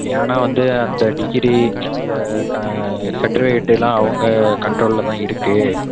ஏன்னா வந்து அந்த டிகிரி அந்த க சர்ட்டிஃபிக்கேட்டெல்லாம் அவங்க கண்ட்ரோலில் தான் இருக்கு